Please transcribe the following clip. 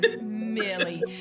Millie